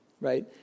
Right